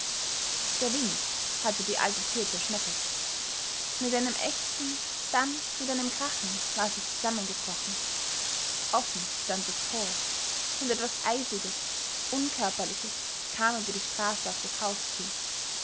der wind hatte die alte tür zerschmettert mit einem ächzen dann mit einem krachen war sie zusammengebrochen offen stand das tor und etwas eisiges unkörperliches kam über die straße auf das haus zu